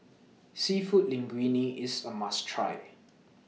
Seafood Linguine IS A must Try